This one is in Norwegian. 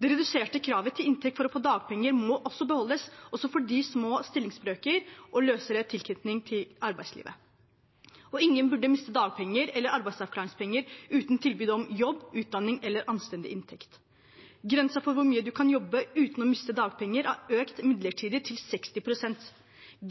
Det reduserte kravet til inntekt for å få dagpenger må beholdes, også for dem i små stillingsbrøker og med løsere tilknytning til arbeidslivet, og ingen burde miste dagpenger eller arbeidsavklaringspenger uten tilbud om jobb, utdanning eller anstendig inntekt. Grensen for hvor mye man kan jobbe uten å miste dagpenger, er økt midlertidig til 60 pst.